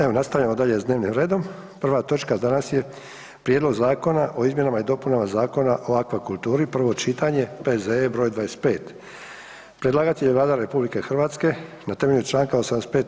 Evo nastavljamo dalje s dnevnim redom, prva točka danas je: - Prijedlog Zakona o izmjenama i dopunama Zakona o akvakulturi, prvo čitanje, P.Z.E. broj 25 Predlagatelj je Vlada RH na temelju Članka 85.